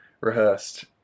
rehearsed